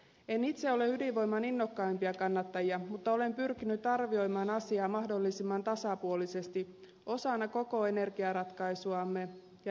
en itse ole ydinvoiman innokkaimpia kannattajia mutta olen pyrkinyt arvioimaan asiaa mahdollisimman tasapuolisesti osana koko energiaratkaisuamme ja energiantarvettamme